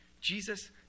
Jesus